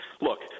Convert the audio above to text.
look –